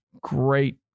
great